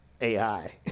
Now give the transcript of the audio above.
AI